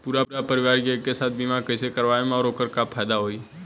पूरा परिवार के एके साथे बीमा कईसे करवाएम और ओकर का फायदा होई?